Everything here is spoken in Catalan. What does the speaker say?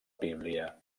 bíblia